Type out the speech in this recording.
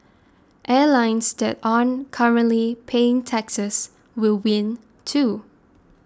airlines that aren't currently paying taxes will win too